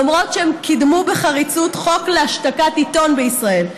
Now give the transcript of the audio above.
למרות שהם קידמו בחריצות חוק להשתקת עיתון בישראל.